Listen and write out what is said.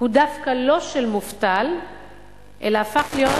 הוא דווקא לא של מובטל אלא הפך להיות